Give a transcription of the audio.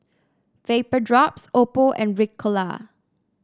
Vapodrops Oppo and Ricola